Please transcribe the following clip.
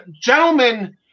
Gentlemen